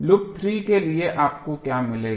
loop 3 के लिए आपको क्या मिलेगा